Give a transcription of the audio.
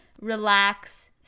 relax